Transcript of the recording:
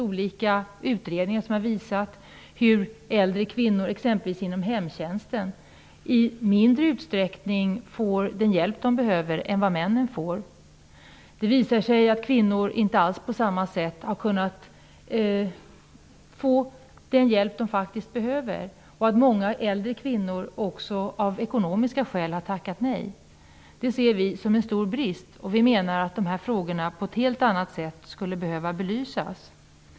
Olika utredningar har visat hur äldre kvinnor inom exempelvis hemtjänsten i mindre utsträckning än männen får den hjälp de behöver. Det har visat sig att kvinnor inte alls på samma sätt har kunnat få den hjälp som de faktiskt behöver och att många kvinnor också av ekonomiska skäl har tackat nej till hjälp. Detta ser vi som en stor brist och menar att frågorna skulle behöva belysas på ett helt annat sätt.